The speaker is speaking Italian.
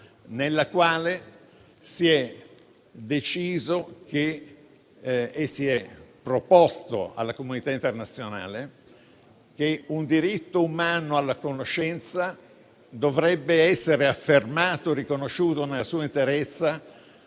nella quale si è deciso e proposto alla comunità internazionale che un diritto umano alla conoscenza dovrebbe essere affermato e riconosciuto nella sua interezza